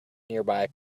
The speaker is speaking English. nearby